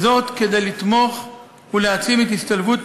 וזאת כדי לתמוך ולהעצים את השתלבות